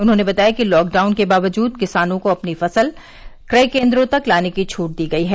उन्होंने बताया कि लॉकडाउन के बावजूद किसानों को अपनी फसल क्रय केन्द्रों तक लाने की छूट दी गई है